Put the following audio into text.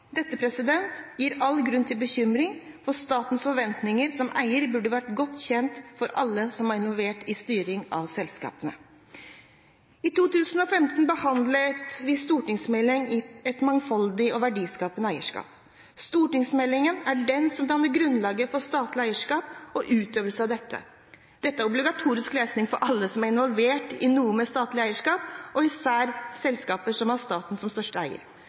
Dette gir all grunn til bekymring, for statens forventninger som eier burde vært godt kjent for alle som er involvert i styring av selskapene. I 2015 behandlet vi Meld. St. 27 for 2013–2014, Et mangfoldig og verdiskapende eierskap. Denne stortingsmeldingen er det som danner grunnlaget for statlig eierskap, og utøvelsen av dette. Dette er obligatorisk lesning for alle som er involvert i noe med statlig eierskap, og især selskaper som har staten som største eier,